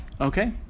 Okay